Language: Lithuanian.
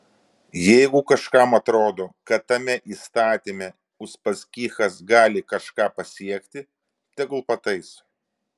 jeigu kažkam atrodo kad tame įstatyme uspaskichas gali kažką pasiekti tegul pataiso